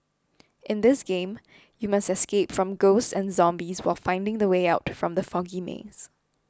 in this game you must escape from ghosts and zombies while finding the way out from the foggy maze